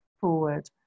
forward